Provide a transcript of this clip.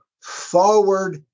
forward